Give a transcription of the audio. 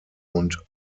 und